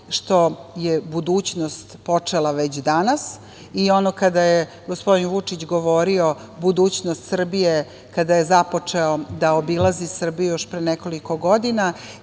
što je budućnost počela već danas i ono kada je gospodin Vučić govorio budućnost Srbije, kada je započeo da obilazi Srbiju, još pre nekoliko godina